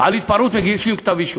על התפרעות מגישים כתב-אישום.